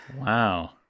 Wow